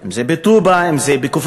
אם זה בטובא, אם זה בכפר-קאסם,